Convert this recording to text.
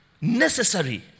necessary